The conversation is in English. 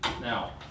Now